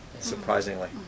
Surprisingly